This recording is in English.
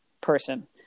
person